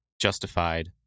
justified